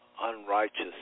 unrighteous